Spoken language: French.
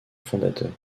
fondateur